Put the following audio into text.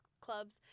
clubs